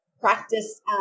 practice